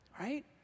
Right